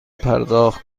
پرداخت